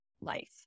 life